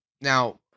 Now